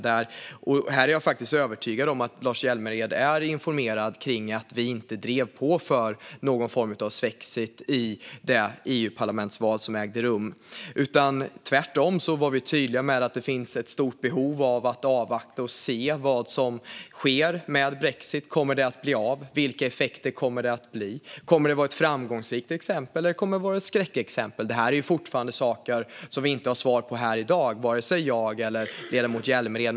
Jag är faktiskt övertygad om att Lars Hjälmered är informerad om att vi inte drev på för någon form av svexit i EU-parlamentsvalet. Tvärtom var vi tydliga med att det finns ett stort behov av att avvakta och se vad som sker med brexit - kommer det att bli av, och vilka effekter kommer det att bli? Blir det ett framgångsrikt exempel, eller kommer det att vara ett skräckexempel? Detta är saker som vi i dag fortfarande inte har svar på.